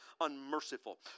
unmerciful